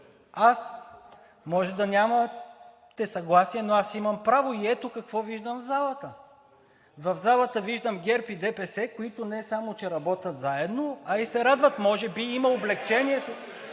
Можете да нямате съгласие, но аз имам право и ето какво виждам в залата: в залата виждам ГЕРБ и ДПС, които не само че работят заедно, а и се радват и може би имат облекчението